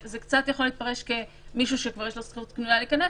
זה יכול להתפרש כמישהו שיש לו זכות קנויה להיכנס,